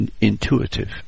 Intuitive